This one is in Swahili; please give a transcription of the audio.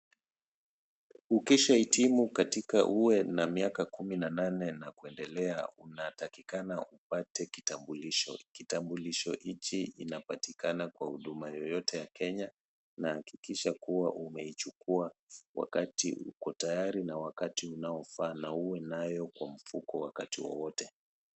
Ukishahitimu katika uwe na miaka kumi nane na kuendelea unatakikana upate kitambulisho. Kitambulisho hiki kinapatikana kwa huduma yoyote ya Kenya na hakikisha kuwa umeichukua wakati uko tayari na wakati unaofaa na uwe nayo kwa mfuko wakati wowote.